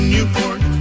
Newport